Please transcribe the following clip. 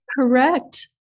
Correct